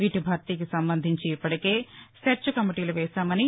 వీటి భర్తీకి సంబంధించి ఇప్పటికే సెర్చ్ కమిటీలు వేశామని